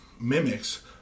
mimics